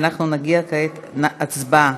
ואנחנו נגיע כעת להצבעה.